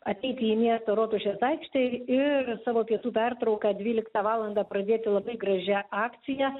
ateiti į miesto rotušės aikštę ir savo pietų pertrauką dvyliktą valandą pradėti labai gražia akcija